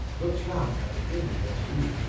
looked round at the dimly-lit room.